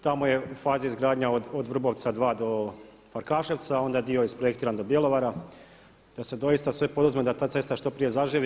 Tamo je u fazi izgradnja od Vrbovca dva do Farkaševca, onda je dio isprojektiran do Bjelovara, da se doista sve poduzme da ta cesta što prije zaživi.